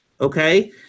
Okay